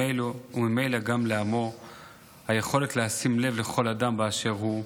וממילא גם לעמו והיכולת לשים לב לכל אדם באשר הוא.